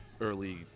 early